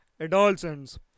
adolescents